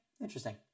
interesting